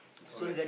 alright